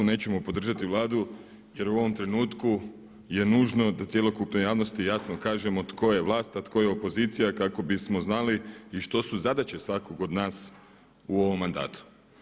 Nećemo podržati Vladu jer u ovom trenutku je nužno da cjelokupnoj javnosti jasno kažemo tko je vlast, a tko je opozicija kako bismo znali i što su zadaće svakog od nas u ovom mandatu.